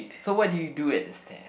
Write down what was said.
so what did you do at the stair